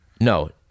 no